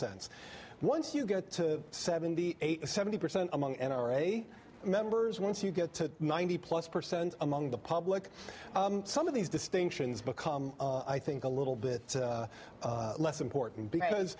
sense once you get to seventy eight seventy percent among n r a members once you get to ninety plus percent among the public some of these distinctions because i think a little bit less important because